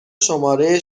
شماره